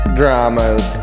dramas